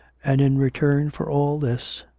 and, in return for all this,